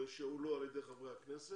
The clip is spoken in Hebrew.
שהועלו על ידי חברי הכנסת,